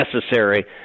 necessary